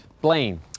Blaine